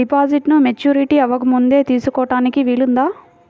డిపాజిట్ను మెచ్యూరిటీ అవ్వకముందే తీసుకోటానికి వీలుందా?